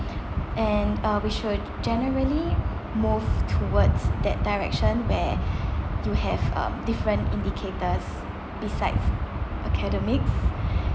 and uh we should generally move towards that direction where you have um different indicators besides academics